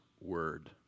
word